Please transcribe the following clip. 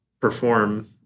perform